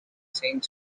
saint